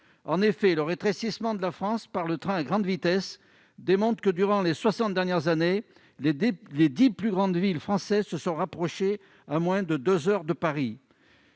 en effet, le rétrécissement de la France par le train à grande vitesse, démontre que, durant les 60 dernières années les les 10 plus grandes villes françaises se sont rapprochés à moins de 2 heures de Paris.